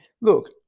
look